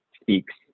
speaks